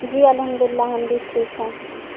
جی الحمد اللہ ہم بھی ٹھیک ہیں